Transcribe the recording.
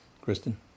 Kristen